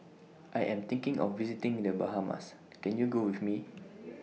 I Am thinking of visiting The Bahamas Can YOU Go with Me